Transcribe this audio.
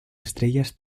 estrellas